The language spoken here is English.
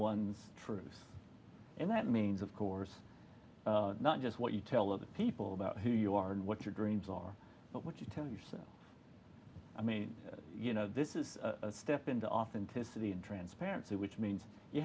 one's truth and that means of course not just what you tell other people about who you are and what your dreams are but what you tell yourself i mean you know this is a step into authenticity and transparency which means you